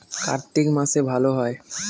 কার্তিক মাসে ভালো হয়?